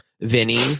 Vinny